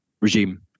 regime